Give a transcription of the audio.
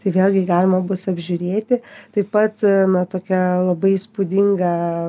tai vėlgi galima bus apžiūrėti taip pat na tokia labai įspūdinga